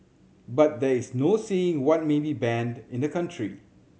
but there is no saying what may be banned in a country